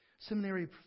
Seminary